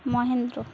Mahindra